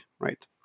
right